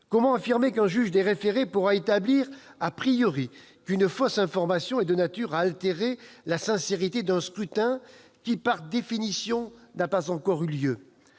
Comment affirmer qu'un juge des référés pourra établir qu'une « fausse information » est de nature à altérer la sincérité d'un scrutin, qui, par définition, n'a pas encore eu lieu ?